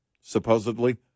supposedly